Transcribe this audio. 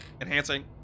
Enhancing